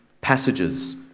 passages